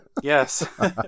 Yes